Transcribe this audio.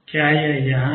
क्या यह यहां है